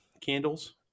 candles